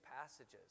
passages